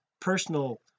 personal